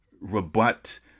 rebut